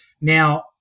Now